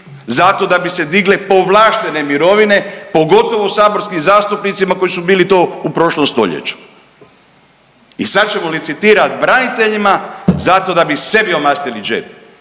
za to da bi se digle povlaštene mirovine pogotovo saborskim zastupnicima koji su bili to u prošlom stoljeću. I sada ćemo licitirati braniteljima zato da bi sebi omastili džep,